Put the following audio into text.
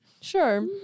sure